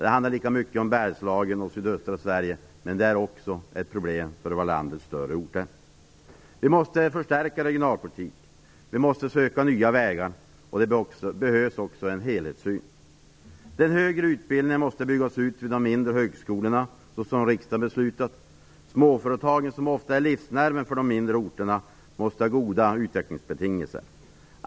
Det gäller i lika hög grad Bergslagen och sydöstra Sverige, och det är ett problem också för några av landets större orter. Vi måste förstärka regionalpolitiken och vi måste söka nya vägar. Det behövs också en helhetssyn. Den högre utbildningen måste byggas ut vid de mindre högskolorna, så som riksdagen har beslutat. Småföretagen, som ofta är livsnerven för de mindre orterna, måste ha goda utvecklingsbetingelser.